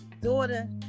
daughter